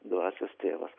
dvasios tėvas